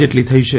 જેટલી થઈ છે